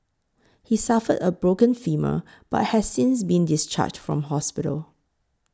he suffered a broken femur but has since been discharged from hospital